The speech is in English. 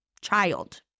child